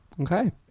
okay